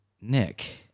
Nick